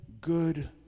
good